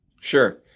Sure